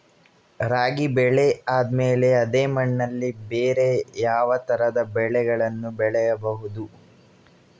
ರಾಗಿ ಬೆಳೆ ಆದ್ಮೇಲೆ ಅದೇ ಮಣ್ಣಲ್ಲಿ ಬೇರೆ ಯಾವ ತರದ ಬೆಳೆಗಳನ್ನು ಬೆಳೆಯಬಹುದು?